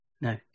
No